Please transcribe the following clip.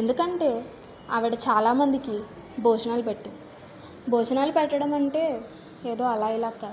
ఎందుకంటే ఆవిడ చాలా మందికి భోజనాలు పెట్ట భోజనాలు పెట్టడం అంటే ఏదో అలా ఇలా కాదు